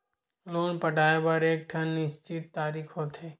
loan पटाए बर एकठन निस्चित तारीख होथे